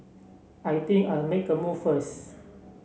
I think I'll make a move first